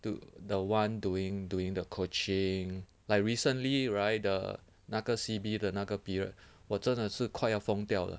to the one doing doing the coaching like recently right 的那个 C_B 的那个 period 我真的是快要疯掉了